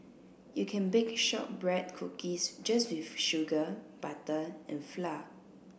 you can bake shortbread cookies just with sugar butter and flour